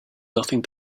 nothing